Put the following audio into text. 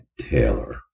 Taylor